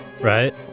Right